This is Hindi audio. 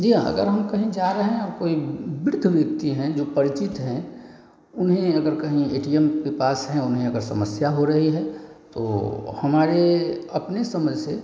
जी हाँ अगर हम कहीं जा रहे हैं और कोई वृद्ध व्यक्ति हैं जो परिचित हैं उन्हें अगर कहीं ए टी एम के पास हैं उन्हें अगर समस्या हो रही है तो हमारी अपनी समझ से